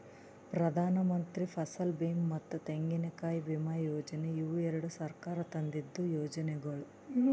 ಪ್ರಧಾನಮಂತ್ರಿ ಫಸಲ್ ಬೀಮಾ ಮತ್ತ ತೆಂಗಿನಕಾಯಿ ವಿಮಾ ಯೋಜನೆ ಇವು ಎರಡು ಸರ್ಕಾರ ತಂದಿದ್ದು ಯೋಜನೆಗೊಳ್